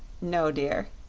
no, dear,